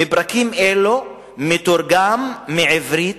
מפרקים אלו מתורגם מעברית.